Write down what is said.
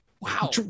wow